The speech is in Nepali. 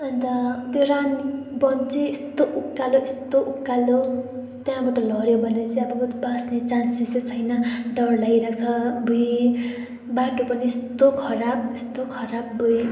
अन्त त्यो रानीवन चाहिँ यस्तो उकालो यस्तो उकालो त्यहाँबाट लड्यो भने चाहिँ अब बरू बाँच्ने चान्सेसै छैन डर लागिरहेको छ आबुई बाटो पनि यस्तो खराब यस्तो खराब आबुई